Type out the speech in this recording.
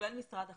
כולל משרד החוץ,